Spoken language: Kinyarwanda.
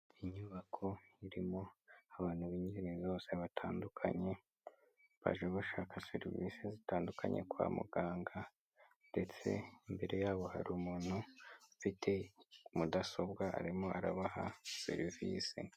Inyubako irimo abantu binjiranye zose batandukanye baje bashaka serivisi zitandukanye kwa muganga ndetse imbere yabo hari umuntu ufite mudasobwa arimo arabaha serivisi.